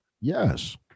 Yes